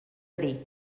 dir